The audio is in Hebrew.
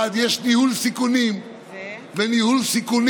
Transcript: אחורה, זה שבר כלכלי שאי-אפשר להשוות